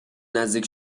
نزدیک